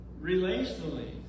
relationally